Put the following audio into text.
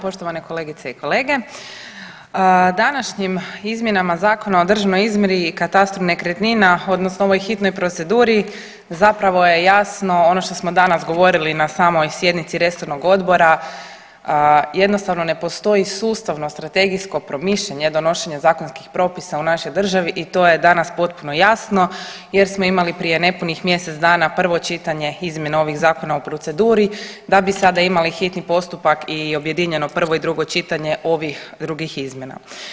Poštovane kolegice i kolege, današnjim izmjenama Zakona o državnoj izmjeri i katastru nekretnina odnosno u ovoj hitnoj proceduri zapravo je jasno ono što smo danas govorili na samoj sjednici resornog odbora jednostavno ne postoji sustavno strategijsko promišljanje donošenja zakonskih propisa u našoj državi i to je danas potpuno jasno jer smo imali prije nepunih mjesec dana prvo čitanje izmjena ovih zakona o proceduri da bi sada imali hitni postupak i objedinjeno prvo i drugo čitanje ovih drugih izmjena.